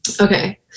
Okay